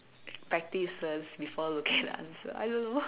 practice first before looking at the answer I don't know